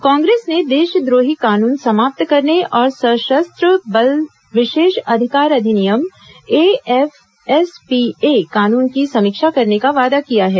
कांग्रेस ने देशद्रोही कानून समाप्त करने और सशस्त्र बल विशेष अधिकार अधिनियम ए एफएसपीए कानून की समीक्षा करने का वादा किया है